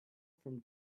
from